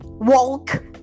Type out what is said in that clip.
walk